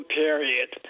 period